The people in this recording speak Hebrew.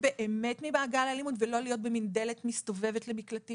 באמת ממעגל האלימות ולא להיות במין דלת מסתובבת למקלטים